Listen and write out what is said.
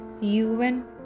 UN